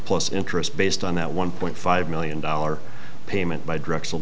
plus interest based on that one point five million dollars payment by drexel